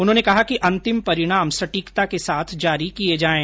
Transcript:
उन्होंने कहा कि अंतिम परिणाम सटीकता के साथ जारी किए जाएं